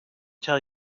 tell